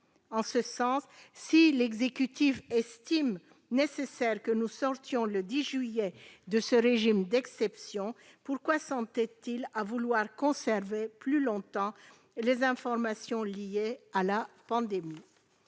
sanitaire. Si l'exécutif estime nécessaire que nous sortions le 10 juillet prochain de ce régime d'exception, pourquoi s'entête-t-il à vouloir conserver plus longtemps les informations liées à la pandémie ?